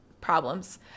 problems